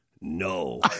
No